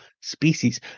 species